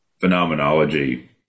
phenomenology